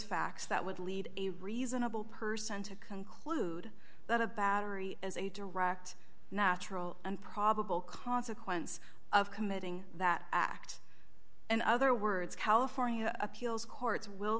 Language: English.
facts that would lead a reasonable person to conclude that a battery is a direct natural and probable consequence of committing that act and other words california appeals courts will